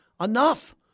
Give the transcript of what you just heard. Enough